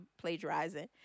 plagiarizing